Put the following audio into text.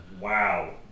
Wow